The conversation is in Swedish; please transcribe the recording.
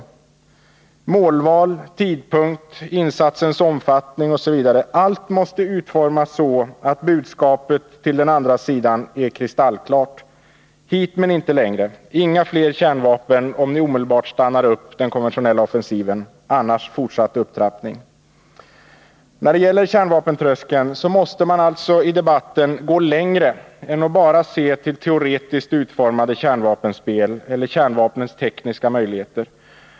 Allt — målval, tidpunkt, insatsens omfattning osv. — måste utformas så att budskapet till den andra sidan är kristallklart: hit men inte längre, inga fler kärnvapen om ni omedelbart stannar upp den konventionella offensiven, annars fortsatt upptrappning. När det gäller kärnvapentröskeln måste man alltså i debatten gå längre än att bara se till teoretiskt utformade kärnvapenspel eller kärnvapnens tekniska möjligheter.